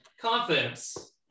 confidence